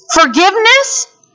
Forgiveness